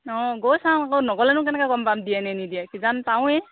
অঁ গৈ চাওঁ আকৌ নগ'লেনো কেনেকে গম পাম দিয়ে নে নিদিয়ে কিজানি পাওঁয়েই